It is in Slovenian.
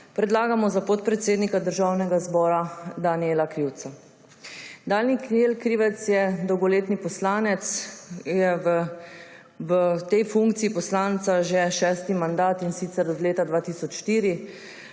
predlagamo za podpredsednika Državnega zbora Danijela Krivca. Danijel Krivec je dolgoletni poslanec, je v tej funkciji poslanca že šesti mandat, in sicer od leta 2004.